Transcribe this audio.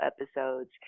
episodes